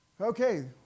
Okay